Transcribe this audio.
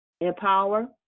empower